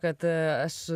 kad aš